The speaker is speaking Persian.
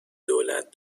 دولت